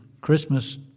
Christmas